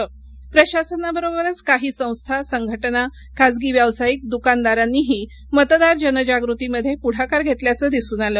सातारा जिल्ह्यात प्रशासनाबरोबरच काही संस्था संघटना खासगी व्यावसायिक दुकानदारांनीही मतदार जनजगृतीमध्ये पुढाकार घेतल्याचं दिसून आलं